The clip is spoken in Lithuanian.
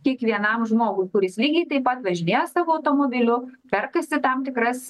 kiekvienam žmogui kuris lygiai taip pat važinėja savo automobiliu perkasi tam tikras